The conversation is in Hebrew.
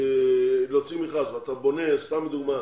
להוציא מכרז ובונה, למשל,